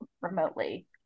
remotely